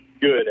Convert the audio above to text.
good